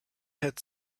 had